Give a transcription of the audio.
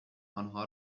آنها